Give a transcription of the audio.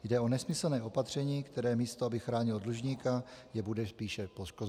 Jde o nesmyslné opatření, které místo aby chránilo dlužníka, jej bude spíše poškozovat.